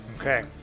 okay